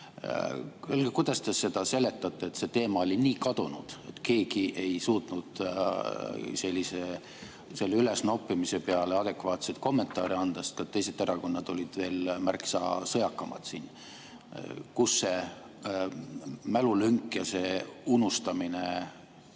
Öelge, kuidas te seda seletate, et see teema oli nii kadunud, et keegi ei suutnud selle ülesnoppimise peale adekvaatseid kommentaare anda, sest teised erakonnad olid veel märksa sõjakamad siin. Miks see mälulünk ja selle teema unustamine teie